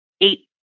eight